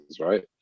right